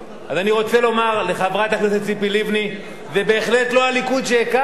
אז אני רוצה לומר לחברת הכנסת ציפי לבני: זה בהחלט לא הליכוד שהכרת,